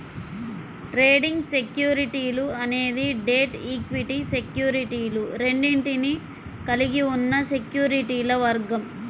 trading సెక్యూరిటీలు అనేది debt, equity సెక్యూరిటీలు రెండింటినీ కలిగి ఉన్న సెక్యూరిటీల వర్గం